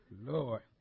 Lord